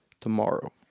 tomorrow